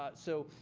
ah so,